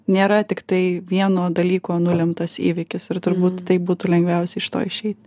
nėra tiktai vieno dalyko nulemtas įvykis ir turbūt tai būtų lengviausia iš to išeit